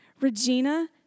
Regina